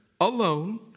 alone